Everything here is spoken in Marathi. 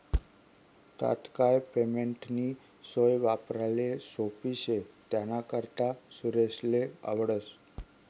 तात्काय पेमेंटनी सोय वापराले सोप्पी शे त्यानाकरता सुरेशले आवडस